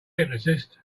hypnotist